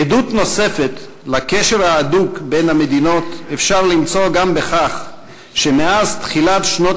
עדות נוספת לקשר ההדוק בין המדינות אפשר למצוא גם בכך שמאז תחילת שנות